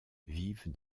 vivent